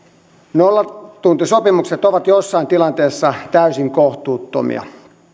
nollatuntisopimukset ovat joissain tilanteissa täysin kohtuuttomia